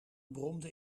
bromde